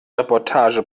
reportage